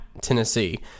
Tennessee